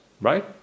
right